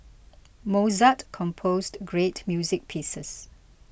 Mozart composed great music pieces